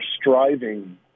striving